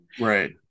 right